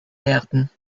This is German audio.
werden